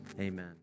Amen